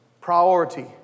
priority